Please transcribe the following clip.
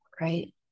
Right